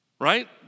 Right